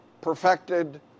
perfected